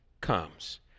comes